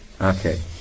Okay